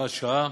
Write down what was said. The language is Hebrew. הוראת שעה),